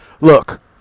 look